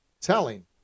telling